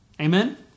Amen